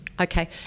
Okay